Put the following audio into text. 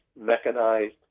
mechanized